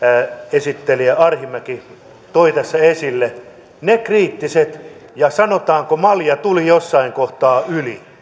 esittelijä arhinmäki toi tässä esille ne kriittiset ja sanotaanko malja tuli jossain kohtaa yli